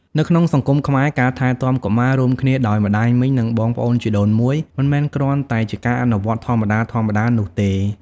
នៅក្នុងសង្គមខ្មែរ ការថែទាំកុមាររួមគ្នាដោយម្ដាយមីង និងបងប្អូនជីដូនមួយ មិនមែនគ្រាន់តែជាការអនុវត្តន៍ធម្មតាៗនោះទេ។